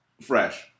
fresh